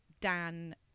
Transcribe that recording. Dan